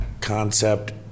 concept